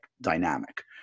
dynamic